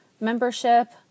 membership